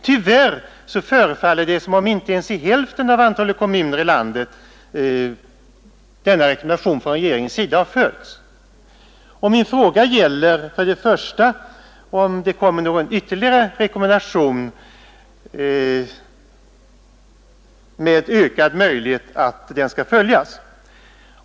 Tyvärr förefaller det som om denna rekommendation inte har följts ens i hälften av landets kommuner. Min första fråga är denna: Kommer det någon ytterligare rekommendation, med ökade möjligheter att efterlevas?